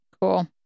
Cool